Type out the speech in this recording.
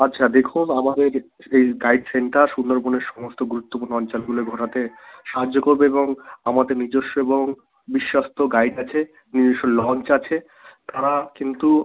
আচ্ছা দেখুন আমাদের এই গাইড সেন্টার সুন্দরবনের সমস্ত গুরুত্বপূর্ণ অঞ্চলগুলো ঘোরাতে সাহায্য করবে এবং আমাদের নিজস্ব এবং বিশ্বস্ত গাইড আছে নিজস্ব লঞ্চ আছে তারা কিন্তু